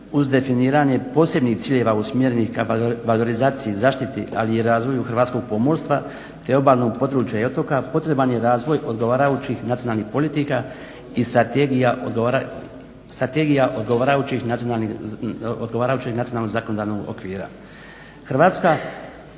uz definiranje posebnih ciljeva usmjerenih ka valorizaciji i zaštiti, ali i razvoju hrvatskog pomorstva te obalnog područja i otoka potreban je razvoj odgovarajućih nacionalnih politika i strategija odgovarajućeg nacionalnog zakonodavnog okvira. Hrvatska